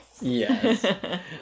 Yes